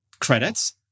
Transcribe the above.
credits